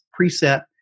preset